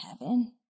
heaven